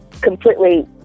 completely